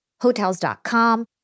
Hotels.com